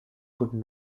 could